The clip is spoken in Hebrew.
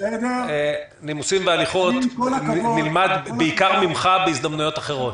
נימוסים והליכות נלמד בעיקר ממך בהזדמנויות אחרות.